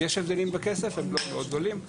יש הבדלים בכסף אבל הם לא מאוד גדולים.